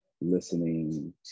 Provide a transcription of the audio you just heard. listening